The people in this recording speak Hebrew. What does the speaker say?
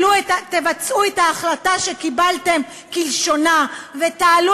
תבצעו את ההחלטה שקיבלתם כלשונה ותעלו